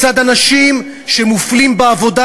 מצד אנשים שמופלים בעבודה,